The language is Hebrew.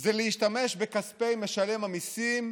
זה להשתמש בכספי משלם המיסים,